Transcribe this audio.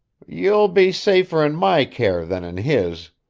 you'll be safer in my care than in his,